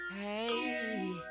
hey